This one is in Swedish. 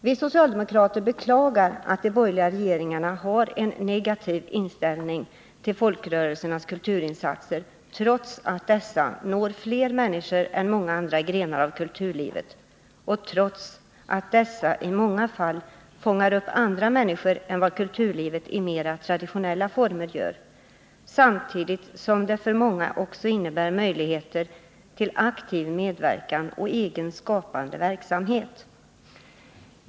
Vi socialdemokrater beklagar att de borgerliga regeringarna har en negativ inställning till folkrörelsernas kulturinsatser, trots att dessa når fler människor än många andra grenar av kulturlivet och trots att dessa i många fall fångar upp andra människor än vad kulturlivet i mera traditionella former gör, samtidigt som det för många också innebär möjligheter till aktiv medverkan och egen skapande verksamhet.